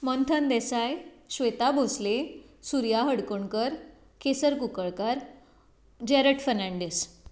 Manthan Desai Shweta Bhosle Surya Hadkonkar Kesar Kunkalkar Jarrett Fernandes